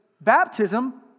baptism